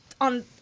on